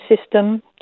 system